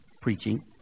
preaching